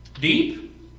deep